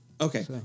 Okay